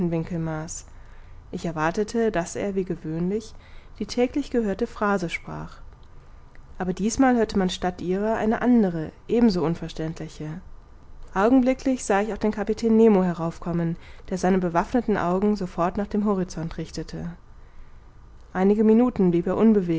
ich erwartete daß er wie gewöhnlich die täglich gehörte phrase sprach aber diesmal hörte man statt ihrer eine andere ebenso unverständliche augenblicklich sah ich auch den kapitän nemo herauf kommen der seine bewaffneten augen sofort nach dem horizont richtete einige minuten blieb er